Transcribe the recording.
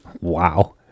Wow